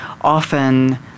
often